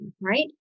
right